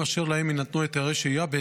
אשר להם יינתנו היתרי שהייה בהתאם